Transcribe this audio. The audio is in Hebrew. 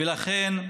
ולכן,